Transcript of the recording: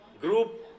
group